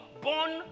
born